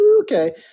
okay